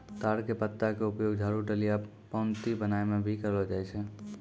ताड़ के पत्ता के उपयोग झाड़ू, डलिया, पऊंती बनाय म भी करलो जाय छै